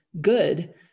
good